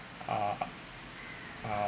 uh uh